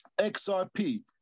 XRP